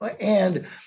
And-